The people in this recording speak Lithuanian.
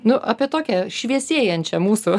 nu apie tokią šviesėjančią mūsų